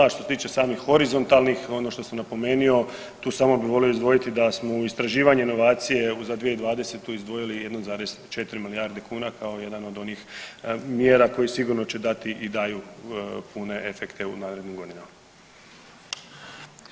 A što se tiče samih horizontalnih ono što sam napomenuo, tu samo bi volio izdvojiti da smo u istraživanje inovacije za 2020. izdvojili 1,4 milijarde kuna kao jedan od onih mjera koje sigurno će dati i daju pune efekte u narednim godinama.